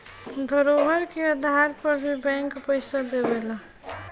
धरोहर के आधार पर भी बैंक पइसा देवेला